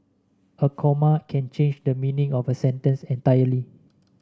a comma can change the meaning of a sentence entirely